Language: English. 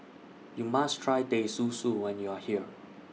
YOU must Try Teh Susu when YOU Are here